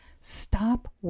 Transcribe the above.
Stop